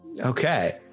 Okay